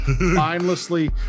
mindlessly